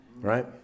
Right